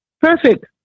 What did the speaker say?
Perfect